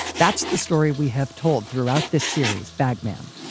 that's the story we have told throughout this series bag man.